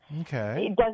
Okay